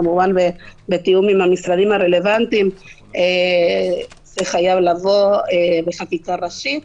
כמובן בתיאום עם המשרדים הרלוונטיים חייב לבוא בחקיקה ראשית.